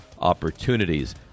opportunities